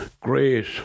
great